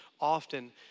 often